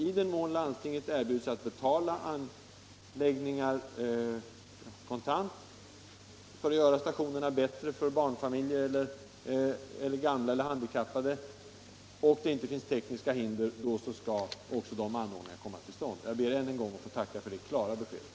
I den mån landstinget erbjuder sig att kontant betala anläggningar som gör stationerna bättre anpassade för barnfamiljer, gamla och handikappade, och det inte finns tekniska hinder i vägen, skall de anordningarna komma till stånd. Jag ber än en gång att få tacka för det klara beskedet.